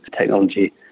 technology